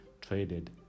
traded